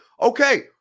Okay